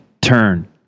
turn